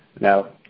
Now